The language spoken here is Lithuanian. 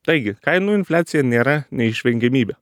taigi kainų infliacija nėra neišvengiamybė